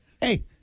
Hey